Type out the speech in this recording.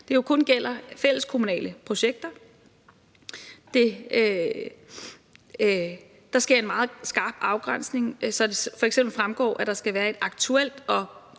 Der gælder kun fælleskommunale projekter. Der sker en meget skarp afgrænsning, så det f.eks. fremgår, at der skal været et aktuelt og